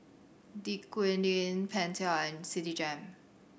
Dequadin Pentel and Citigem